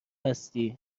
هستی